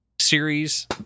series